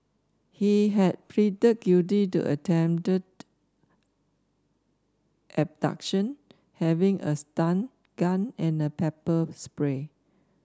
he had pleaded guilty to attempted abduction having a stun gun and a pepper spray